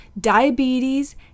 diabetes